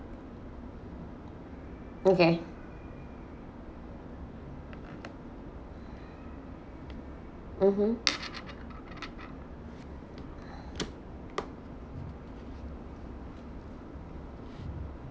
okay mmhmm